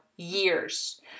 Years